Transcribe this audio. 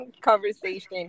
conversation